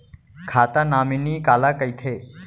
खाता नॉमिनी काला कइथे?